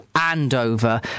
Andover